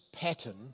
pattern